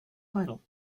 title